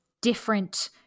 different